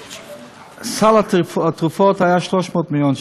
סל התרופות היה 300 מיליון שקל.